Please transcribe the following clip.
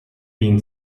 been